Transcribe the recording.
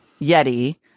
Yeti